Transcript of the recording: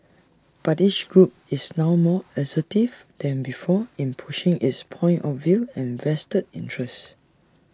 but each group is now more assertive than before in pushing its point of view and vested interests